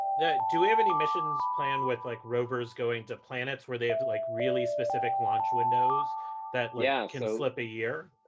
yeah do we have any missions planned with like rovers going to planets, where they have like really specific launch windows that yeah can slip a year?